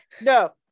no